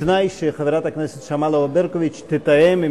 בתנאי שחברת הכנסת שמאלוב-ברקוביץ תתאם עם